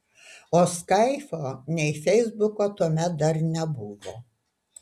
o skaipo nei feisbuko tuomet dar nebuvo